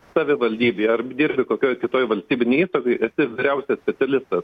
savivaldybėje ar dirbi kokioj kitoj valstybinėj įstaigoj esi vyriausias specialistas